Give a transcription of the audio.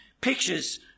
pictures